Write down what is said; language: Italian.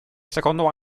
secondo